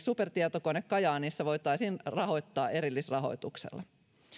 supertietokone kajaanissa voitaisiin rahoittaa erillisrahoituksella